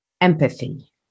Empathy